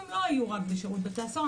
והן לא היו רק בשירות בתי הסוהר,